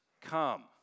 come